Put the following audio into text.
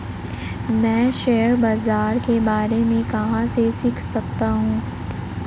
मैं शेयर बाज़ार के बारे में कहाँ से सीख सकता हूँ?